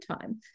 time